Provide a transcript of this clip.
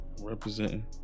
Representing